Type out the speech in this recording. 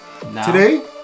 Today